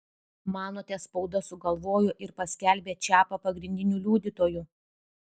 manote spauda sugalvojo ir paskelbė čiapą pagrindiniu liudytoju